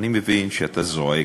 אני מבין שאתה זועק,